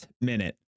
minute